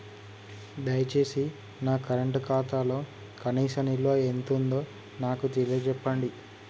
దయచేసి నా కరెంట్ ఖాతాలో కనీస నిల్వ ఎంతుందో నాకు తెలియచెప్పండి